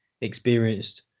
experienced